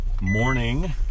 morning